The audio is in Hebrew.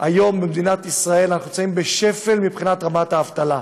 היום במדינת ישראל אנחנו נמצאים בשפל מבחינת רמת האבטלה,